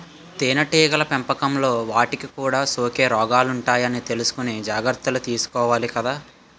తేనెటీగల పెంపకంలో వాటికి కూడా సోకే రోగాలుంటాయని తెలుసుకుని జాగర్తలు తీసుకోవాలి కదా